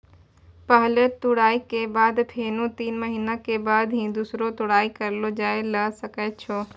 पहलो तुड़ाई के बाद फेनू तीन महीना के बाद ही दूसरो तुड़ाई करलो जाय ल सकै छो